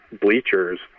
bleachers